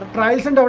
thousand but